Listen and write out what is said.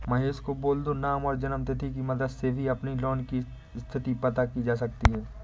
महेश को बोल दो नाम और जन्म तिथि की मदद से भी अपने लोन की स्थति पता की जा सकती है